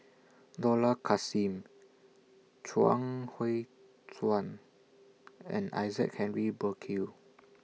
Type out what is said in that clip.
Dollah Kassim Chuang Hui Tsuan and Isaac Henry Burkill